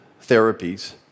therapies